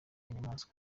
inyamaswa